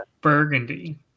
burgundy